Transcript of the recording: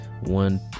One